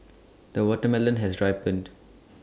the watermelon has ripened